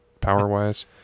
power-wise